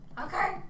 Okay